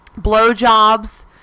blowjobs